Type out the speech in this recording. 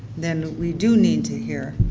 then we do need to hear,